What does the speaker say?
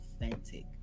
authentic